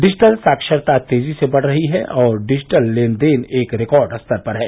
digital साक्षरता तेजी से बढ़ रही है और डिजिटल लेन देन एक रिकार्ड स्तर पर है